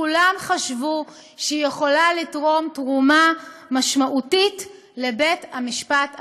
כולם חשבו שהיא יכולה לתרום תרומה משמעותית לבית-המשפט העליון.